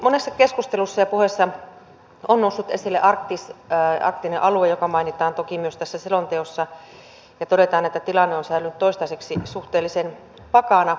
monessa keskustelussa ja puheessa on noussut esille arktinen alue joka mainitaan toki myös tässä selonteossa ja josta todetaan että tilanne on säilynyt toistaiseksi suhteellisen vakaana